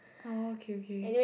okay okay